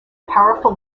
powerful